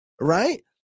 right